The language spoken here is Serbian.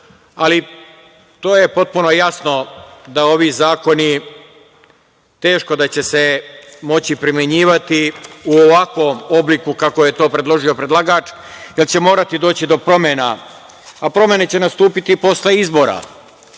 Ali to je potpuno jasno da ovi zakoni, teško da će se moći primenjivati u ovakvom obliku kako je to predložio predlagač, jer će morati doći do promena, a promene će nastupiti posle izbora. Meni